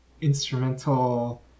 instrumental